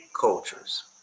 cultures